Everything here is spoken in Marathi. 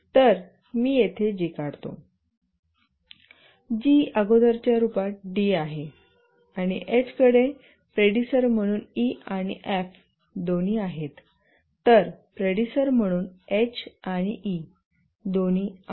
तर मी येथे जी काढतो जी अगोदरच्या रूपात डी आहे आणि एचकडे प्रेडिसर म्हणून ई आणि फॅ दोन्ही आहेत तर प्रेडिसर म्हणून एच आणि ई दोन्ही आहेत